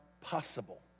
Possible